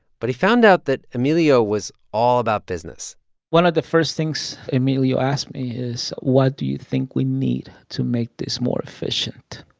but he found out that emilio was all about business one of the first things emilio asked me is, what do you think we need to make this more efficient?